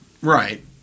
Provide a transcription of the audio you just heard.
Right